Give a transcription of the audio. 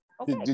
Okay